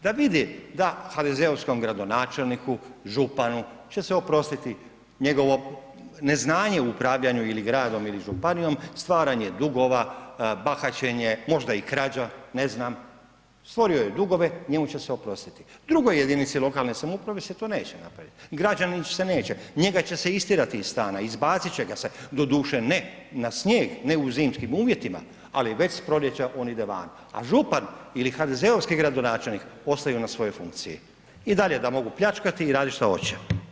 Da vide da HDZ-ovskom gradonačelniku, županu će se oprostiti njegovo neznanje u upravljanju ili gradom ili županijom, stvaranje dugova bahaćenje, možda i krađa, ne znam, stvorio je dugove, njemu će se oprostiti, drugoj jedinici lokalne samouprave se to neće napravit, građaninu se neće, njega će se istjerati iz stana, izbacit će ga se, doduše ne na snijeg, ne u zimskim uvjetima, ali već s proljeća on ide van, a župan ili HDZ-ovski gradonačelnik ostaju na svojoj funkciji i dalje da mogu pljačkati i radit šta hoće.